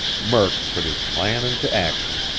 murk put his plan into action.